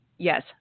Yes